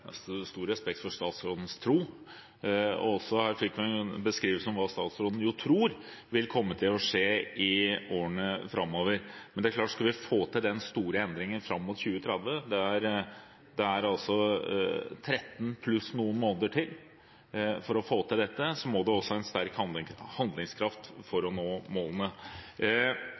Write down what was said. hva statsråden tror vil komme til å skje i årene framover. Det er klart at skal vi få til den store endringen fram mot 2030, det er altså 13 år pluss noen måneder til, må det en sterk handlekraft til for å nå målene. Stortinget har allerede – i forbindelse med energimeldingen – vedtatt at så